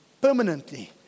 permanently